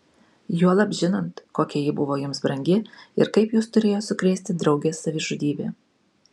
juolab žinant kokia ji buvo jums brangi ir kaip jus turėjo sukrėsti draugės savižudybė